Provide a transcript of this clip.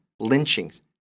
lynchings